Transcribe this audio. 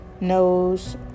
knows